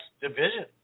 division